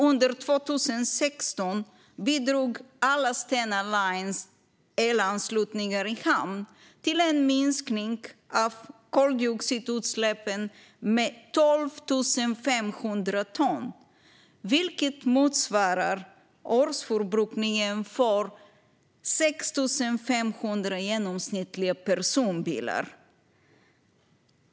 Under 2016 bidrog till exempel alla Stena Lines elanslutningar i hamn till en minskning av koldioxidutsläppen med 12 500 ton, vilket motsvarar årsförbrukningen för 6 500 genomsnittliga personbilar.